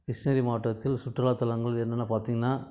கிருஷ்ணகிரி மாவட்டத்தில் சுற்றுலாத்தலங்கள் என்னென்ன பார்த்தீங்கன்னா